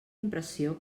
impressió